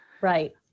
Right